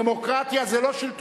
אל תלמד אותי.